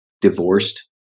divorced